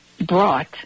brought